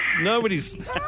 Nobody's